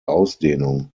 ausdehnung